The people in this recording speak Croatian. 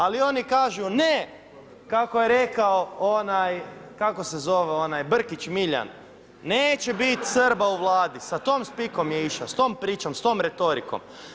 Ali oni kažu ne, kako je rekao onaj, kako se zove onaj Brkić Miljan, neće biti Srba u Vladi, sa tom spikom je išao, s tom pričom, sa tom retorikom.